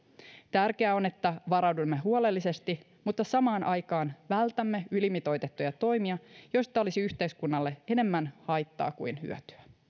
tärkeää on että varaudumme huolellisesti mutta samaan aikaan vältämme ylimitoitettuja toimia joista olisi yhteiskunnalle enemmän haittaa kuin hyötyä